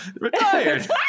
retired